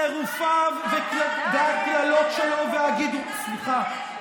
חירופיו והקללות שלו, בינתיים אתה מקלל,